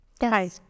Hi